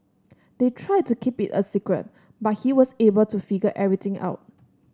they tried to keep it a secret but he was able to figure everything out